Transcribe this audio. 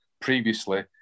previously